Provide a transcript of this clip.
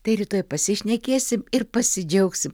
tai rytoj pasišnekėsim ir pasidžiaugsim